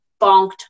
bonked